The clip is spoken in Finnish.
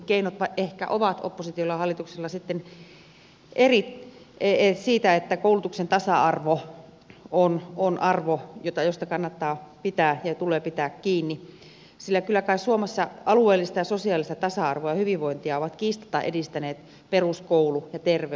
keinot ehkä ovat oppositiolla ja hallituksella sitten erilaiset siinä että koulutuksen tasa arvo on arvo josta kannattaa ja tulee pitää kiinni sillä kyllä kai suomessa alueellista ja sosiaalista tasa arvoa ja hyvinvointia ovat kiistatta edistäneet peruskoulu ja terveyskeskus